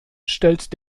stellt